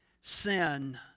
sin